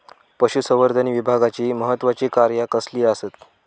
पशुसंवर्धन विभागाची महत्त्वाची कार्या कसली आसत?